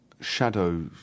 shadow